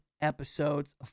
episodes